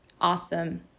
awesome